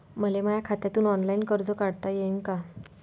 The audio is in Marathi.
मले माया खात्यातून ऑनलाईन कर्ज काढता येईन का?